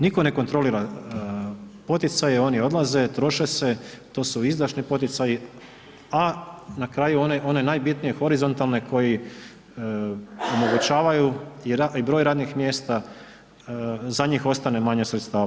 Nitko ne kontrolira poticaje, oni odlaze, troše se, to su izdašni poticaji, a na kraju one najbitnije horizontalne koji omogućavaju i broj radnih mjesta, za njih ostane manje sredstava.